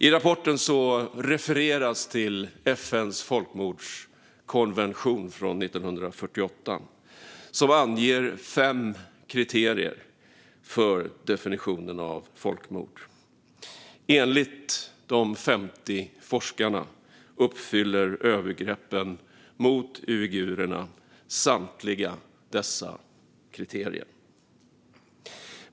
I rapporten refereras till FN:s folkmordskonvention från 1948, som anger fem kriterier för definitionen av folkmord. Enligt de 50 forskarna uppfyller övergreppen mot uigurerna samtliga dessa kriterier.